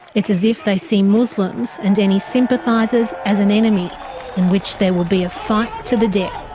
it's as if they see muslims and any sympathisers as an enemy in which there will be a fight to the death.